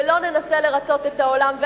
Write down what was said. ולא ננסה לרצות את העולם,